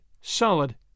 solid